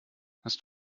hast